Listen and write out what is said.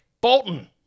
Bolton